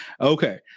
Okay